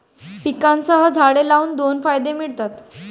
पिकांसह झाडे लावून दोन फायदे मिळतात